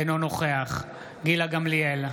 אינו נוכח גילה גמליאל,